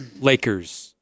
Lakers